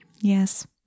yes